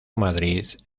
madrid